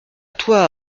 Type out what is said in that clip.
toi